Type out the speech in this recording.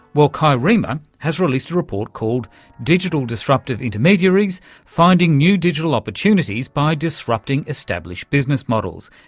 well, kai riemer has released a report called digital disruptive intermediaries finding new digital opportunities by disrupting established business models.